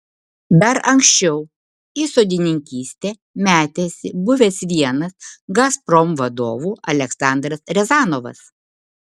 dar anksčiau į sodininkystę metėsi buvęs vienas gazprom vadovų aleksandras riazanovas